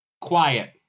quiet